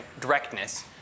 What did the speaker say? directness